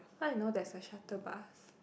how you know there's a shuttle bus